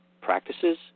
practices